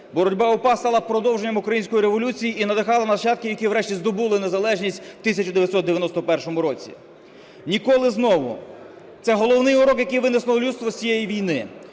Боротьба УПА стала продовженням української революції і надихала нащадків, які врешті здобули незалежність в 1991 році. Ніколи знову – це головний урок, який винесло людство з цієї війни.